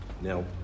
Now